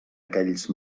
aquells